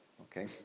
Okay